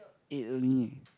eight only